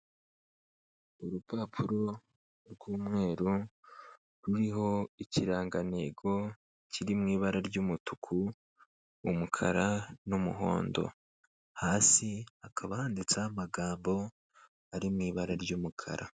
Urupapuro rw'umweru ruriho ikirangantego kiri mu ibara ry'umutuku, umukara n'umuhondo, hasi hakaba handitseho amagambo ari mu ibara ry'umukara.